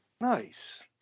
Nice